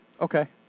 Okay